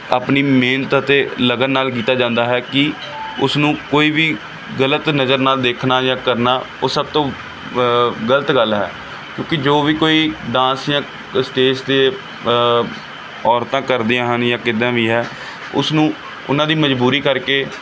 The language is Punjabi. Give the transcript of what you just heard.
ਆਪਣੀ ਮਿਹਨਤ ਅਤੇ ਲਗਨ ਨਾਲ ਕੀਤਾ ਜਾਂਦਾ ਹੈ ਕਿ ਉਸਨੂੰ ਕੋਈ ਵੀ ਗਲਤ ਨਜ਼ਰ ਨਾਲ ਦੇਖਣਾ ਜਾਂ ਕਰਨਾ ਉਹ ਸਭ ਤੋਂ ਗਲਤ ਗੱਲ ਹੈ ਕਿਉਂਕਿ ਜੋ ਵੀ ਕੋਈ ਡਾਂਸ ਜਾਂ ਸਟੇਜ 'ਤੇ ਔਰਤਾਂ ਕਰਦੀਆਂ ਹਨ ਜਾਂ ਕਿੱਦਾਂ ਵੀ ਹੈ ਉਸਨੂੰ ਉਹਨਾਂ ਦੀ ਮਜਬੂਰੀ ਕਰਕੇ